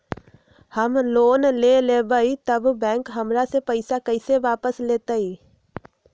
हम लोन लेलेबाई तब बैंक हमरा से पैसा कइसे वापिस लेतई?